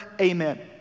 Amen